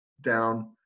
down